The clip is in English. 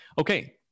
Okay